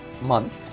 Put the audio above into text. month